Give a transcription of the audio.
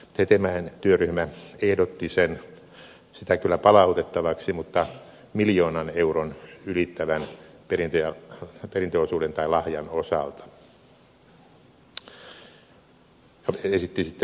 hetemäen työryhmä ehdotti sitä kyllä palautettavaksi mutta miljoonan euron ylittävän perintöosuuden tai lahjan osalta